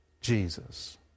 Jesus